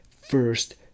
first